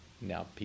now